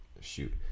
shoot